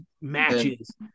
matches